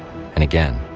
and, again,